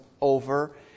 over